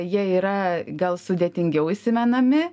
jie yra gal sudėtingiau įsimenami